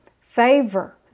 favor